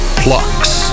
plucks